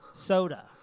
Soda